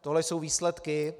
Tohle jsou výsledky.